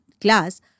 class